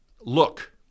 look